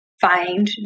find